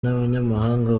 n’abanyamahanga